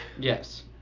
Yes